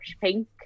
pink